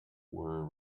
were